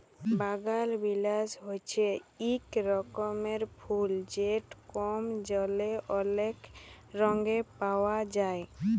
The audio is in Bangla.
বাগালবিলাস হছে ইক রকমের ফুল যেট কম জলে অলেক রঙে পাউয়া যায়